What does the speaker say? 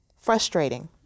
frustrating